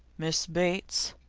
miss bates,